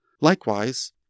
Likewise